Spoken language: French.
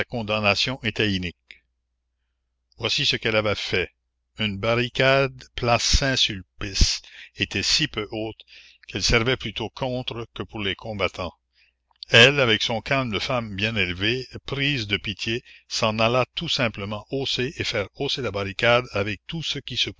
condamnation était inique la commune voici ce qu'elle avait fait une barricade place saint-sulpice était si peu haute qu'elle servait plutôt contre que pour les combattants elle avec son calme de femme bien élevée prise de pitié s'en alla tout simplement hausser et faire hausser la barricade avec tout ce qui se